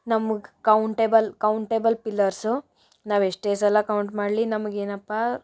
ನಮ್ಗೆ countable countable pillars ನಾವೆಷ್ಟೇ ಸಲ ಕೌಂಟ್ ಮಾಡಲಿ ನಮಗೆ ಏನಪ್ಪ